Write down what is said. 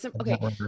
Okay